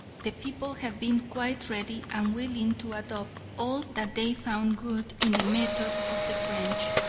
the people had been quite ready and willing to adopt all that they found good in the methods of the french,